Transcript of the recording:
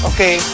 Okay